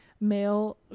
male